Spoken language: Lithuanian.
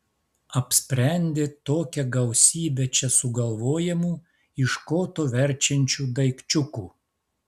apsprendė tokią gausybę čia sugalvojamų iš koto verčiančių daikčiukų